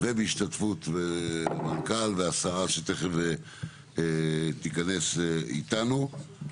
ובהשתתפות המנכ"ל והשרה שתכף תיכנס איתנו.